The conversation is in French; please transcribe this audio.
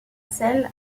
selle